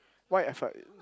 why effort